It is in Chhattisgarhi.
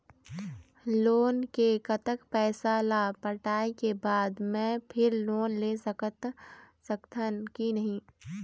लोन के कतक पैसा ला पटाए के बाद मैं फिर लोन ले सकथन कि नहीं?